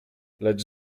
lecz